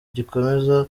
gikomeza